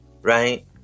Right